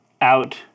out